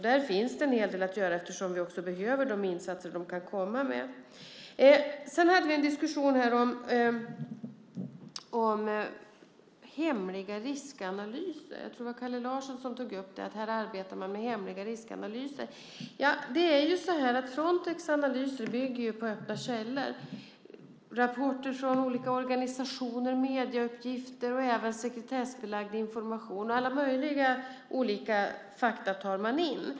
Där finns det en hel del att göra eftersom vi behöver de insatser som de kan bidra med. Jag tror att det var Kalle Larsson som tog upp att här arbetar man med hemliga riskanalyser. Frontex analyser bygger på öppna källor, rapporter från olika organisationer, medieuppgifter. Man tar även in sekretessbelagd information och alla möjliga olika fakta.